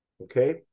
okay